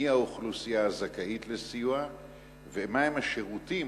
מי האוכלוסייה הזכאית לסיוע ומהם השירותים